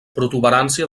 protuberància